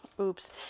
oops